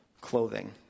clothing